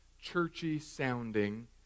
churchy-sounding